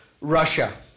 Russia